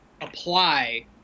apply